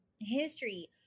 history